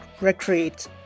recreate